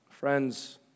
Friends